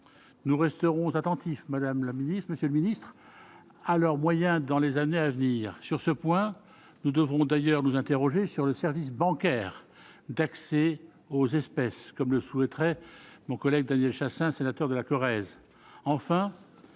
nous resterons attentifs, Madame la Ministre, Monsieur le Ministre, à leurs moyens dans les années à venir, sur ce point, nous devrons, d'ailleurs nous interroger sur le service bancaire d'accès aux espèces comme le souhaiterait, mon collègue Daniel Chassain, sénateur de la Corrèze,